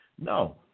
No